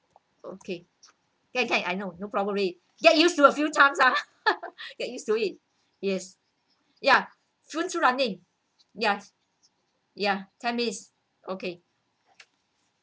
okay can can I know no problem already get used to a few times ah get used to it yes ya phone still running yes ya ten minutes okay